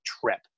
trip